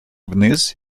вниз